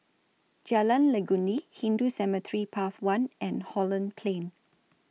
Jalan Legundi Hindu Cemetery Path one and Holland Plain